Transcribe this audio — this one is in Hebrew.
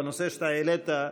בנושא שאתה העלית,